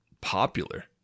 popular